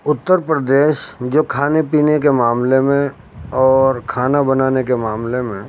اتر پردیش جو کھانے پینے کے معاملے میں اور کھانا بنانے کے معاملے میں